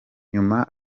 nyuma